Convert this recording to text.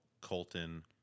Colton